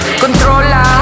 controla